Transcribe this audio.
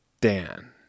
Dan